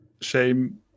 shame